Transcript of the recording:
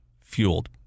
fueled